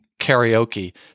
karaoke